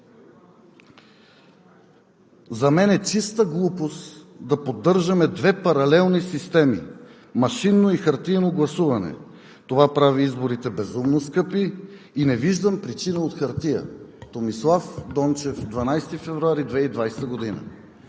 „За мен е чиста глупост да поддържаме две паралелни системи – машинно и хартиено гласуване. Това прави изборите безумно скъпи и не виждам причина от хартия.“ Томислав Дончев, 12 февруари 2020 г.